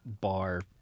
bar